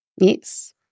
Yes